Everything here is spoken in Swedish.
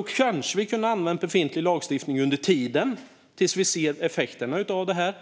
Vi kanske skulle kunna använda befintlig lagstiftning under tiden, tills vi ser effekterna av detta?